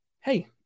Hey